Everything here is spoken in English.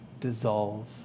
Dissolve